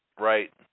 Right